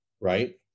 right